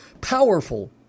powerful